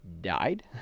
died